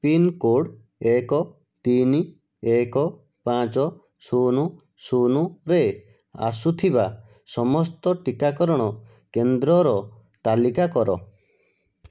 pincode ଏକ ତିନି ଏକ ପାଞ୍ଚ ଶୂନ ଶୂନରେ ଆସୁଥିବା ସମସ୍ତ ଟିକାକରଣ କେନ୍ଦ୍ରର ତାଲିକା କର